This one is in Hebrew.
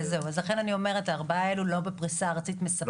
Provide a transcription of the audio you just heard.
לכן אני אומרת שהארבעה האלו לא בפריסה ארצית מספקת.